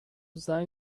زنگ